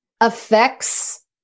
affects